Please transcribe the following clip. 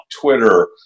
Twitter